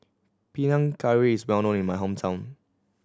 Panang Curry is well known in my hometown